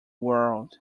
world